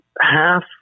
half